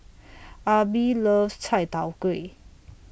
Arbie loves Chai Tow Kway